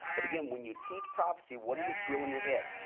but again when you teach prophecy what does it drill in your head?